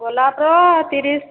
ଗୋଲାପର ତିରିଶ